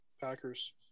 Packers